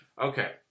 Okay